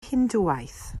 hindŵaeth